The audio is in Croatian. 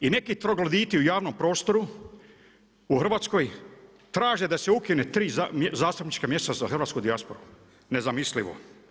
I neki trogloditi u javnom prostoru u Hrvatskoj traže da se ukine tri zastupnička mjesta za hrvatsku dijasporu, nezamislivo.